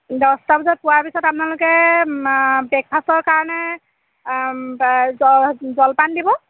দহটা বজাত পোৱাৰ পিছত আপোনালোকে ব্ৰেকফাষ্টৰ কাৰণে জলপান দিব